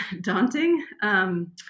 daunting